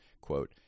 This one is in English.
quote